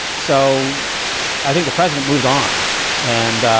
so i think the president moved on and.